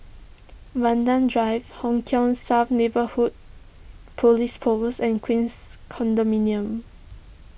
Vanda Drive Hong South Neighbourhood Police Post and Queens Condominium